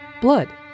blood